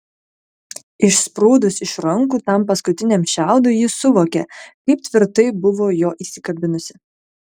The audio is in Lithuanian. išsprūdus iš rankų tam paskutiniam šiaudui ji suvokė kaip tvirtai buvo jo įsikabinusi